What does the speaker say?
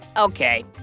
Okay